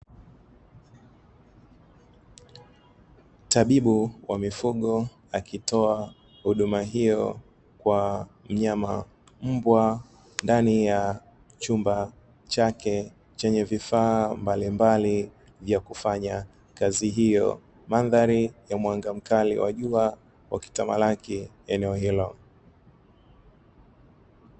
Tabibu wa mifugo akitoa huduma hiyo, kwa mnyama mbwa ndani ya chumba chake chenye vifaa mbalimbali vya kufanya kazi hiyo. Mandhari ya mwanga mkali wa jua ukitamalaki eneo hilo.